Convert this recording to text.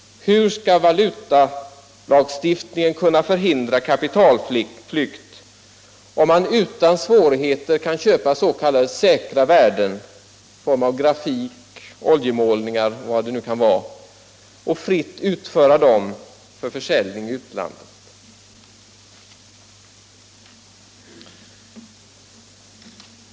Hur skall valutalagstiftningen kunna förhindra kapitalflykt om man utan svårigheter kan köpa s.k. säkra värden — i form av grafik, oljemålningar etc. — och fritt utföra dem för försäljning i utlandet?